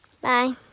Bye